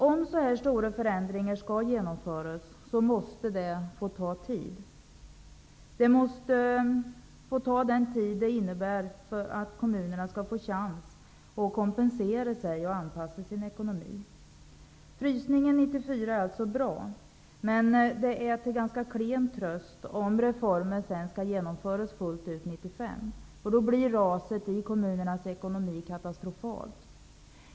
Om sådana här stora förändringar skall genomföras måste det få ta tid. Kommunerna måste få en chans att kompensera sig och anpassa sin ekonomi. Frysningen av bidragsnivåerna för 1994 är alltså bra, men det är en ganska klen tröst, om reformen skall genomföras fullt ut 1995. Då blir raset i kommunernas ekonomi katastrofalt.